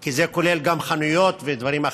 כי זה כולל גם חנויות ודברים אחרים,